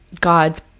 God's